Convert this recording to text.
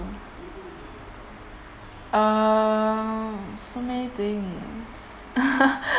um so many things